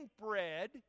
bread